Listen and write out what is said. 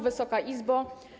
Wysoka Izbo!